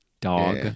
dog